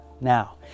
Now